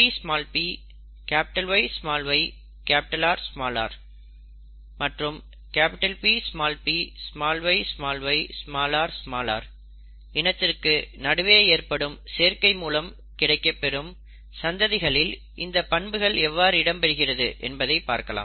PpYyRr மற்றும் Ppyyrr இனத்திற்கு நடுவே ஏற்படும் சேர்க்கை மூலம் கிடைக்கப்பெறும் சந்ததிகளில் இந்தப் பண்புகள் எவ்வாறு இடம்பெறுகிறது என்பதை பார்க்கலாம்